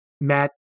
Matt